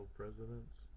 presidents